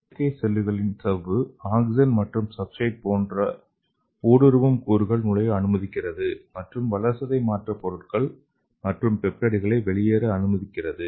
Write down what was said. செயற்கை செல்களின் சவ்வு ஆக்ஸிஜன் மற்றும் சப்ஸ்ட்ரெட் போன்ற ஊடுருவும் கூறுகள் நுழைய அனுமதிக்கிறது மற்றும் வளர்சிதை மாற்ற பொருட்கள் மற்றும் பெப்டைட்களை வெளியேற அனுமதிக்கிறது